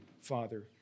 Father